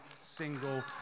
single